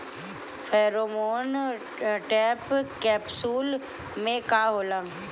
Pheromone trap capsule में का होला?